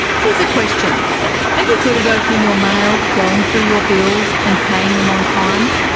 here's a question are you good at opening your mail, going through your bills and paying them on time?